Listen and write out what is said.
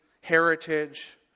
heritage